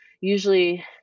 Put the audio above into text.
usually